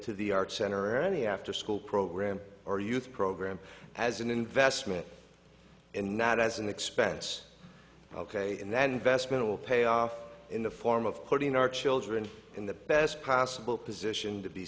to the arts center or any after school program or youth program as an investment and not as an expense ok and that investment will pay off in the form of putting our children in the best possible position to be